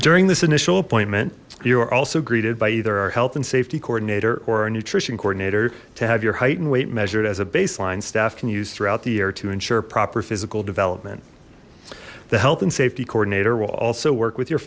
during this initial appointment you are also greeted by either our health and safety coordinator or our nutrition coordinator to have your height and weight measured as a baseline staff can use throughout the year to ensure proper physical development the health and safety coordinator will also work with your